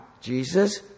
Jesus